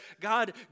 God